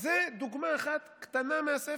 זו דוגמה אחת קטנה מהספר.